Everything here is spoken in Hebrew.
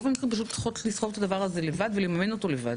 לסחוב את הדבר הזה לבד ולממן את זה לבד.